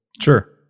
Sure